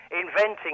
inventing